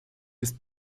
ist